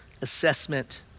assessment